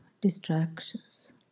distractions